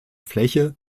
fläche